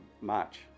March